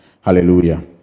Hallelujah